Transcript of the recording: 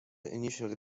initially